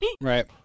right